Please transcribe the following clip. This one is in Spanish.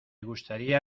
gustaría